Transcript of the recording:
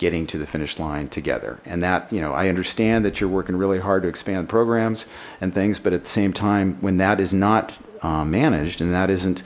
getting to the finish line together and that you know i understand that you're working really hard to expand programs and things but at the same time when that is not managed and that isn't